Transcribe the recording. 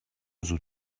زود